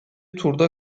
turda